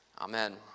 Amen